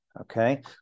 okay